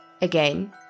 Again